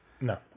No